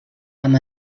amb